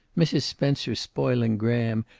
mrs. spencer spoiling graham,